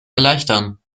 erleichtern